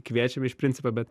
kviečiam iš principo bet